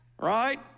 Right